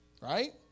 Right